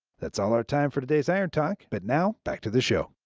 that's all our time for today's iron talk, but now, back to the show.